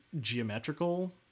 geometrical